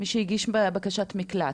מי שהגיש בקשת מקלט,